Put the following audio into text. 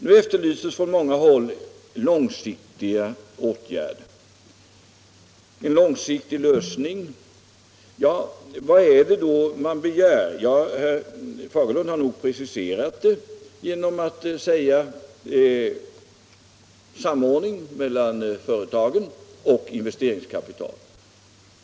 Nu efterlyses från många håll en långsiktig lösning. Vad är det då som begärs? Herr Fagerlund har preciserat det genom att säga att det behövs en samordning mellan företagen och investeringskapital.